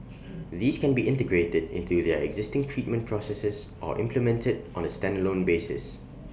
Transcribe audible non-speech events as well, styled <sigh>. <noise> these can be integrated into their existing treatment processes or implemented on A standalone basis